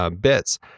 bits